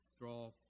draw